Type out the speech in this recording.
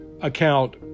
account